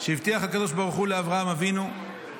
שהבטיח הקדוש ברוך הוא לאברהם אבינו,